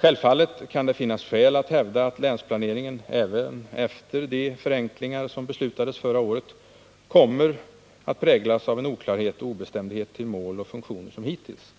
Självfallet kan det finnas skäl att hävda att länsplaneringen även efter de förenklingar som beslutades förra året kommer att präglas av samma oklarhet och obestämdhet till mål och funktioner som hittills.